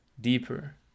deeper